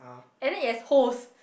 and then it has holes